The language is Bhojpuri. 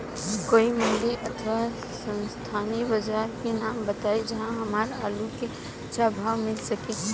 कोई मंडी अथवा स्थानीय बाजार के नाम बताई जहां हमर आलू के अच्छा भाव मिल सके?